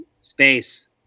space